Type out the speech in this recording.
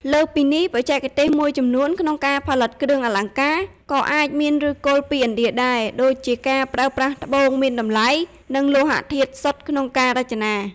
លើសពីនេះ បច្ចេកទេសមួយចំនួនក្នុងការផលិតគ្រឿងអលង្ការ ក៏អាចមានឫសគល់ពីឥណ្ឌាដែរ ដូចជាការប្រើប្រាស់ត្បូងមានតម្លៃ និងលោហៈធាតុសុទ្ធក្នុងការរចនា។